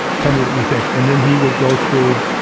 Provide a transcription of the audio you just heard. tell me what you think. and then he would go through,